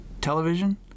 television